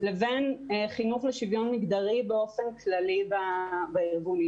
לבין חינוך לשוויון מגדרי באופן כללי בארגונים.